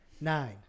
nine